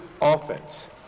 offense